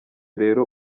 rero